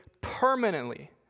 permanently